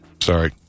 Sorry